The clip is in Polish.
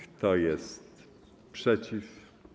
Kto jest przeciw?